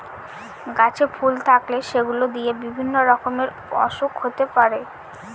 গাছে ফুল থাকলে সেগুলো দিয়ে বিভিন্ন রকমের ওসুখ হতে পারে